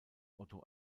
otto